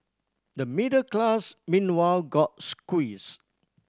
the middle class meanwhile got squeezed